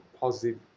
positive